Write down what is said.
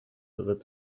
that